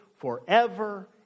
forever